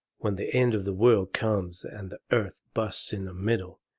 when the end of the world comes and the earth busts in the middle,